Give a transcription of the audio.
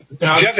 Now